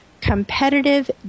Competitive